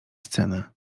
scenę